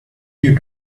you